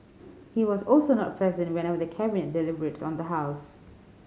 he was also not present whenever the Cabinet deliberates on the house